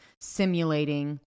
simulating